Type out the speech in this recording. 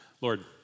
Lord